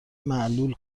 معلول